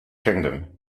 kingdom